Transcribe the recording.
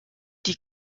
die